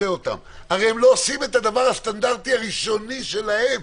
הרי הם לא עושים את הדבר הסטנדרטי הראשון של האכיפה.